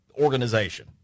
organization